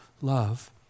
Love